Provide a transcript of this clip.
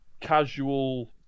Casual